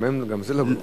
גם זה לא,